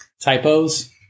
typos